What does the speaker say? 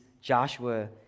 Joshua